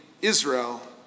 Israel